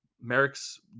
Merrick's